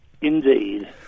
Indeed